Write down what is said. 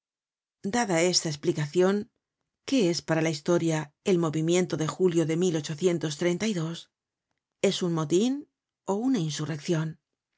dada esta esplicacion qué es para la historia el movimiento de julio de es un motin ó una insurreccion